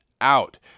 out